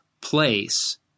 place